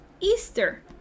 Easter